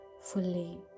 Fully